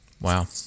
Wow